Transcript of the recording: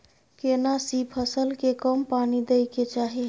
केना सी फसल के कम पानी दैय के चाही?